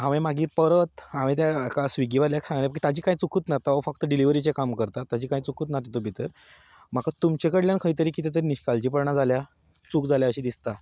हांवें मागीर परत हांवें त्या हाका स्विगी वाल्याक सांगलें ताजी कांय चुकूच ना तो फक्त डिलीवरीचें काम करता ताजी कांय चुकूच ना तातूंत भितर म्हाका तुमच्या कडल्यान खंय तरी कितें तरी निश्काळजीपणा जाल्या चूक जाल्या अशी दिसता